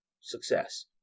success